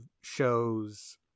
shows